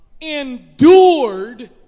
Endured